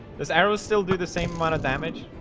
this arrow still do the same amount of damage